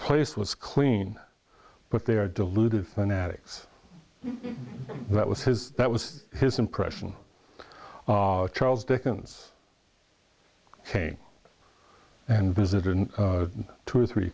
place was clean but they are deluded than attics that was his that was his impression charles dickens came and visited in two or three